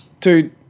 dude